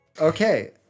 Okay